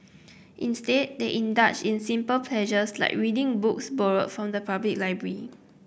instead they indulge in simple pleasures like reading books borrowed from the public library